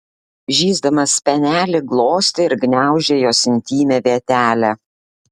žįsdamas spenelį glostė ir gniaužė jos intymią vietelę